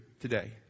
today